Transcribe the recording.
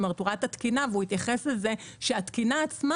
הוא ראה את התקינה והתייחס לזה שהתקינה עצמה